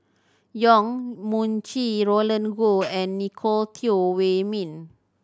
Yong Mun Chee Roland Goh and Nicolette Teo Wei Min